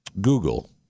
Google